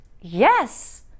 Yes